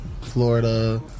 Florida